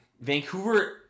Vancouver